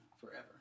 forever